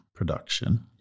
production